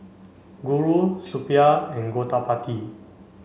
Guru Suppiah and Gottipati